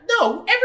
no